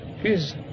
Please